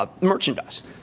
merchandise